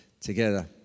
together